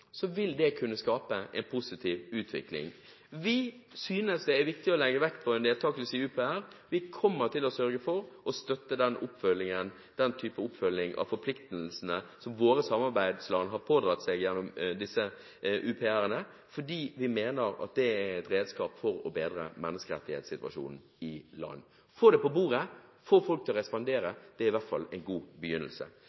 vil det kunne skape en positiv utvikling. Vi synes det er viktig å legge vekt på deltakelse i UPR. Vi kommer til å sørge for å støtte den type oppfølging av forpliktelsene som våre samarbeidsland har pådratt seg gjennom disse UPR-ene, fordi vi mener at det er et redskap for å bedre menneskerettighetssituasjonen i land. Å få det på bordet, få folk til å respondere,